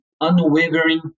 unwavering